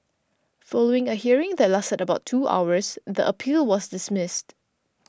following a hearing that lasted about two hours the appeal was dismissed